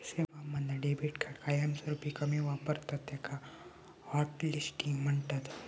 सेवांमधना debit card कायमस्वरूपी कमी वापरतत त्याका हॉटलिस्टिंग म्हणतत